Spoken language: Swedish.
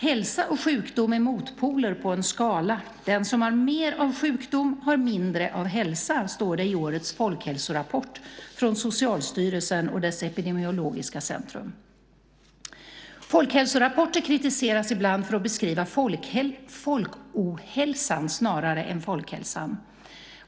"Hälsa och sjukdom är motpoler på en skala; den som har mer av sjukdom har mindre av hälsa" står det i årets folkhälsorapport från Socialstyrelsen och dess Epidemiologiska centrum. Folkhälsorapporter kritiseras ibland för att beskriva folk ohälsan snarare än folk hälsan.